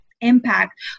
impact